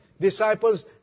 Disciples